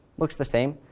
looks the same.